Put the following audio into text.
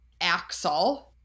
Axel